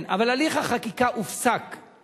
אבל הליך החקיקה הופסק.